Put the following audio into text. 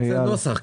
הנוסח?